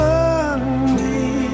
Sunday